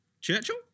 Churchill